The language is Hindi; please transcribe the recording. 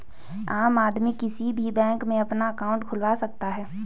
आम आदमी किसी भी बैंक में अपना अंकाउट खुलवा सकता है